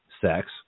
sex